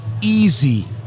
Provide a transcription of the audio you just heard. easy